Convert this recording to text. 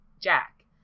jack